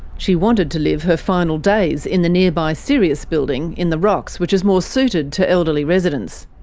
she wanted to live her final days in the nearby sirius building, in the rocks, which is more suited to elderly residents.